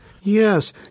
Yes